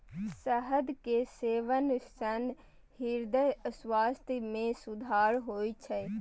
शहद के सेवन सं हृदय स्वास्थ्य मे सुधार होइ छै